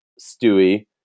Stewie